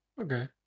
okay